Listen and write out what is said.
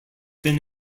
been